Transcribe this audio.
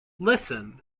listen